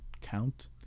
count